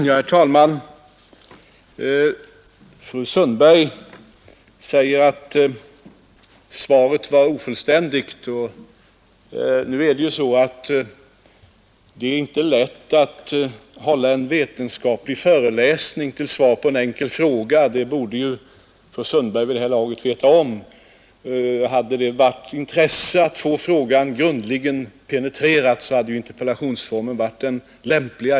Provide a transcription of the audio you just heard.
Herr talman! Fru Sundberg sade att svaret var ofullständigt. Ja, det är inte lätt att hälla en vetenskaplig föreläsning som svar på en enkel fräga. Det borde fru Sundberg vid det här laget veta. Hade fru Sundberg haft intresse av att få frågan grundligt penetrerad, så hade interpellationsformen varit den lämpliga.